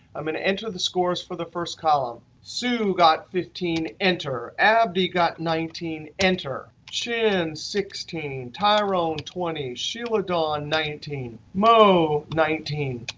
i'm going to enter the scores for the first column. sioux got fifteen, enter. abdi got nineteen, enter. chin, sixteen. tyrone, twenty. sheliadawn nineteen. mo, nineteen.